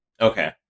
Okay